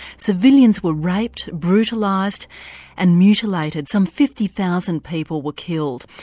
civilians were raped brutalised and mutilated. some fifty thousand people were killed.